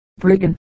Brigand